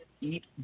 eat